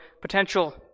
potential